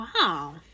Wow